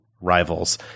rivals